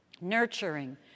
nurturing